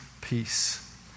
peace